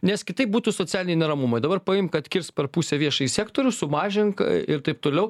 nes kitaip būtų socialiniai neramumai dabar paimk atkirsk per pusę viešąjį sektorių sumažink ir taip toliau